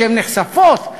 כשהן נחשפות,